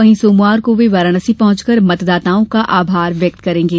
वहीं सोमवार को वे वाराणसी पहुंचकर मतदाताओं का आभार व्यक्त करेंगे